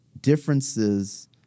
differences